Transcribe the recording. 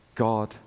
God